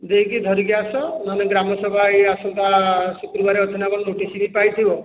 ଦେଇକି ଧରିକି ଆସ ନହେଲେ ଗ୍ରାମ ସଭା ଏହି ଆସନ୍ତା ଶୁକ୍ରବାରରେ ଅଛି ନା କ'ଣ ନୋଟିସ ବି ପାଇଥିବ